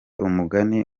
umugani